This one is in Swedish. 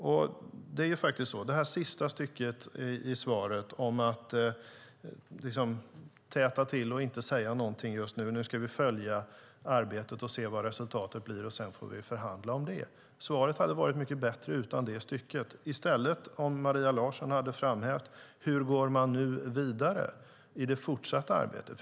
Men det är faktiskt så att svaret hade varit mycket bättre utan det sista stycket om att täta till och inte säga någonting just nu utan i stället ska vi följa arbetet, se vad resultatet blir och sedan förhandla om det. Det hade varit bättre om Maria Larsson i stället hade framhävt hur man nu går vidare i det fortsatta arbetet.